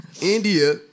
India